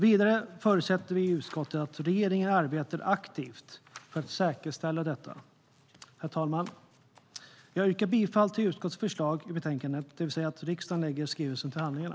Vidare förutsätter utskottet att regeringen arbetar aktivt för att säkerställa detta. Herr talman! Jag yrkar bifall till utskottets förslag i betänkandet, det vill säga att riksdagen lägger skrivelsen till handlingarna.